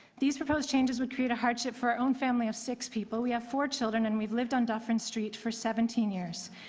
these proposed changes would create a hardship for our own family of six people. we have four children and we've lived on dufrin street for seventeen years.